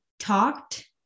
talked